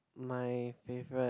my favourite